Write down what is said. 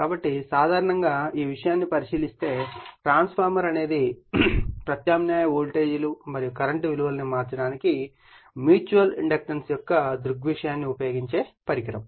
కాబట్టి సాధారణంగా ఈ విషయాన్ని పరిశీలిస్తే ట్రాన్స్ఫార్మర్ అనేది ప్రత్యామ్నాయ వోల్టేజీలు మరియు కరెంట్ విలువలను మార్చడానికి మ్యూచువల్ ఇండక్టెన్స్ యొక్క దృగ్విషయాన్ని ఉపయోగించే పరికరం